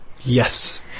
yes